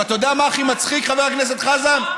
ואתה יודע מה הכי מצחיק, חבר הכנסת חזן?